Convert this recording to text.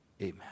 amen